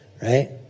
right